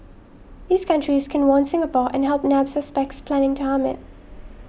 these countries can warn Singapore and help nab suspects planning to harm it